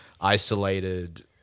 isolated